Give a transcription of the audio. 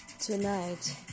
Tonight